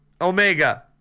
Omega